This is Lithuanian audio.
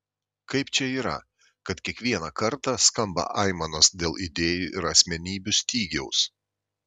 kaip čia yra kad kiekvieną kartą skamba aimanos dėl idėjų ir asmenybių stygiaus